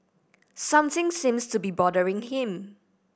something seems to be bothering him